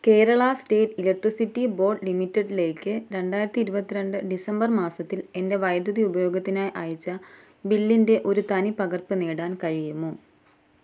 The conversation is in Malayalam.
കേരള സ്റ്റേറ്റ് ഇലക്ട്രിസിറ്റി ബോർഡ് ലിമിറ്റഡിലേക്ക് രണ്ടായിരത്തി ഇരുപത്തിരണ്ട് ഡിസംബർ മാസത്തിൽ എൻ്റെ വൈദ്യുതി ഉപയോഗത്തിനായി അയച്ച ബില്ലിൻ്റെ ഒരു തനി പകർപ്പ് നേടാൻ കഴിയുമോ